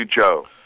Joe